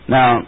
Now